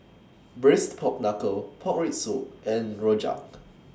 Braised Pork Knuckle Pork Rib Soup and Rojak